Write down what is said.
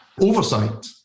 oversight